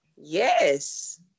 Yes